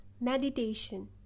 Meditation